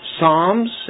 Psalms